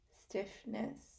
Stiffness